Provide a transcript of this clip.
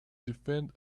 defend